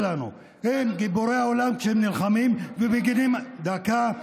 שלנו הם גיבורי העולם כשהם נלחמים ומגינים, דקה.